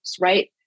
right